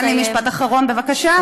משפט אחרון, בבקשה.